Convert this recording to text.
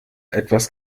etwas